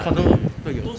condo 都有